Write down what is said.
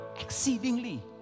Exceedingly